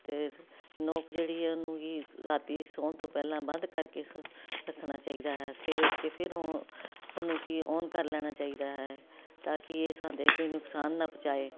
ਅਤੇ ਨੋਬ ਜਿਹੜੀ ਹੈ ਉਹਨੂੰ ਕਿ ਰਾਤੀਂ ਸੌਣ ਤੋਂ ਪਹਿਲਾਂ ਬੰਦ ਕਰਕੇ ਸੋ ਰੱਖਣਾ ਚਾਹੀਦਾ ਹੈ ਸਵੇਰੇ ਉੱਠ ਕੇ ਫਿਰ ਉਹ ਉਹਨੂੰ ਕਿ ਆਨ ਕਰ ਲੈਣਾ ਚਾਹੀਦਾ ਹੈ ਤਾਂ ਕਿ ਇਹ ਸਾਨੂੰ ਕੋਈ ਨੁਕਸਾਨ ਨਾ ਪਹੁੰਚਾਏ